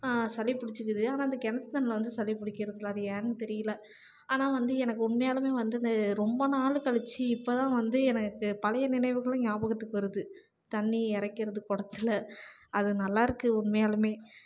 சளி பிடிச்சிக்கிது ஆனால் அந்த கிணத்து தண்ணியில வந்து சளி பிடிக்கிறதில்ல அது ஏன்னு தெரியல ஆனால் வந்து எனக்கு உண்மையாலுமே வந்து அந்த ரொம்ப நாள் கழித்து இப்போதான் வந்து எனக்கு பழைய நினைவுகளும் ஞாபகத்துக்கு வருது தண்ணி இறைக்கிறது குடத்துல அது நல்லாயிருக்கு உண்மையாலுமே